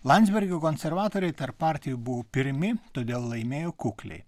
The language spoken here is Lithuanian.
landsbergio konservatoriai tarp partijų buvo pirmi todėl laimėjo kukliai